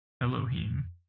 Elohim